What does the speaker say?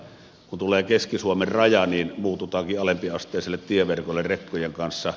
kun tulee keski suomen raja muututaankin alempiasteiselle tieverkolle rekkojen kanssa